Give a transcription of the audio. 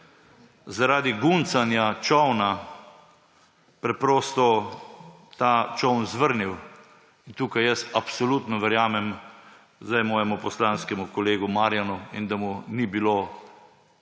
zaradi guncanja čolna preprosto ta čoln zvrnil in tukaj jaz absolutno verjamem zdaj svojemu poslanskemu kolegu Marjanu in da mu ni bilo